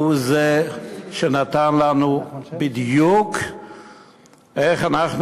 שהוא זה שנתן לנו לדעת בדיוק איך אנחנו